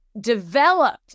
developed